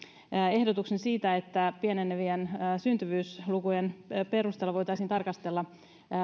ehdotuksen siitä että pienenevien syntyvyyslukujen perusteella voitaisiin tarkastella